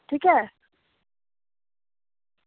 ठीक ऐ